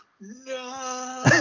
No